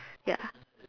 ya